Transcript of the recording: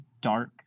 dark